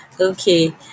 Okay